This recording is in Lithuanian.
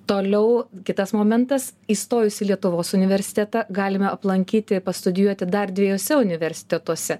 toliau kitas momentas įstojus į lietuvos universitetą galime aplankyti pastudijuoti dar dviejuose universitetuose